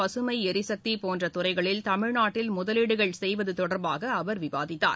பசுமை எரிசக்தி போன்ற துறைகளில் தமிழ்நாட்டில் முதலீடுகள் செய்வது தொடர்பாக அவர் விவாதித்தார்